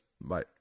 Bye